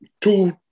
two